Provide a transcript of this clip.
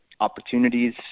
opportunities